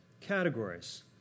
categories